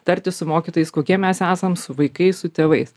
tartis su mokytojais kokie mes esam su vaikais su tėvais